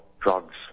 drugs